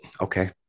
okay